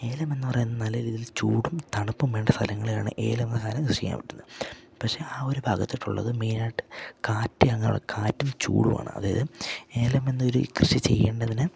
ഏലം എന്ന് പറയുന്നത് നല്ല രീതിയിൽ ചൂടും തണുപ്പും വേണ്ട സ്ഥലങ്ങളെയാണ് ഏലം എന്ന സാധനം കൃഷി ചെയ്യാൻ പറ്റുന്നത് പഷേ ആ ഒരു ഭാഗത്തായിട്ടുള്ളത് മെയിനായിട്ട് കാറ്റ് അങ്ങനെയുള്ള കാറ്റും ചൂടും ആണ് അതായത് ഏലം എന്നൊരു കൃഷി ചെയ്യേണ്ടതിന്